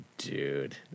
Dude